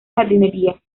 jardinería